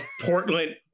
Portland